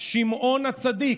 שמעון הצדיק,